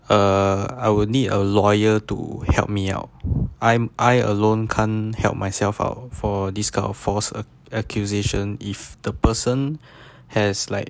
err I will need a lawyer to help me out I'm I alone can'y help myself out for this kind of false accusation if the person has like